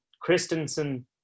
Christensen